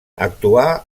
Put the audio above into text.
actuà